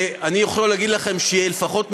אני יכול להגיד לכם שלפחות,